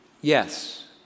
yes